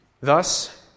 Thus